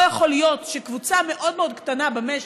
לא יכול להיות שקבוצה מאוד מאוד קטנה במשק,